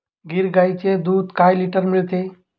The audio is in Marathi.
गीर गाईचे दूध काय लिटर मिळते?